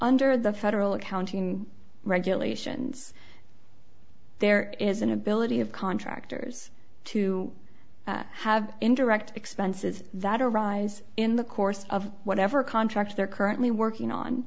under the federal accounting regulations there is an ability of contractors to have indirect expenses that arise in the course of whatever contract they're currently working on